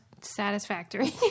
satisfactory